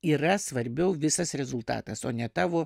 yra svarbiau visas rezultatas o ne tavo